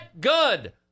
good